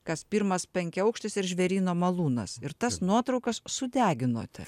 kas pirmas penkiaaukštis ir žvėryno malūnas ir tas nuotraukas sudeginote